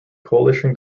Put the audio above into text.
coalition